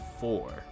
four